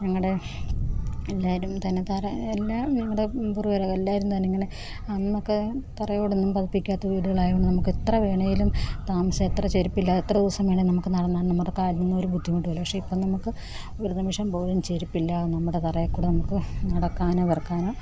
ഞങ്ങളുടെ എല്ലാവരും തന്നെ തറ എല്ലാ ഞങ്ങളുടെ പൂർവീകർ എല്ലാവരും തന്നെ ഇങ്ങനെ അന്നൊക്കെ തറയോടൊന്നും പതിപ്പിക്കാത്ത വീടുകളായിരു നമുക്ക് എത്ര വേണമെങ്കിലും താമസം എത്ര ചെരിപ്പില്ലാതെ എത്ര ദിവസം വേണമെങ്കിലും നമുക്ക് നടന്നാൽ നമ്മുടെ കാലിന് ഒരു ബുദ്ധിമുട്ടുമില്ല പക്ഷെ ഇപ്പം നമ്മൾക്ക് ഒരു നിമിഷം പോലും ചെരുപ്പില്ലാതെ നമ്മുടെ തറയിൽ കൂടെ നമുക്ക് നടക്കാനോ കിടക്കാനോ